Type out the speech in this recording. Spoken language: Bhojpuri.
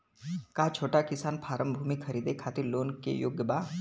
का छोटा किसान फारम भूमि खरीदे खातिर लोन के लिए योग्य बा?